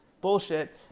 bullshit